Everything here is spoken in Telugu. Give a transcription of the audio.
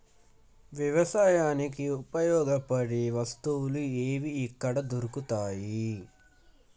వ్యవసాయానికి ఉపయోగపడే వస్తువులు ఏవి ఎక్కడ దొరుకుతాయి?